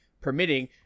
permitting